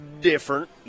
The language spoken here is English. different